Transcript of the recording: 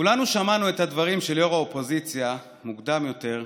כולנו שמענו את הדברים של יו"ר האופוזיציה מוקדם יותר,